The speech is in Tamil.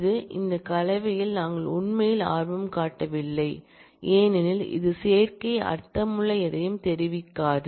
இது இந்த கலவையில் நாங்கள் உண்மையில் ஆர்வம் காட்டவில்லை ஏனெனில் இது சேர்க்கை அர்த்தமுள்ள எதையும் தெரிவிக்காது